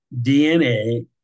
DNA